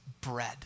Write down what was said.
bread